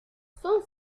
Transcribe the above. son